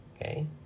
okay